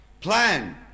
plan